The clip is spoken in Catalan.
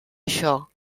això